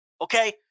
Okay